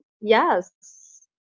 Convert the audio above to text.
Yes